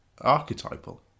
Archetypal